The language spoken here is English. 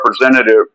representative